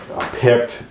picked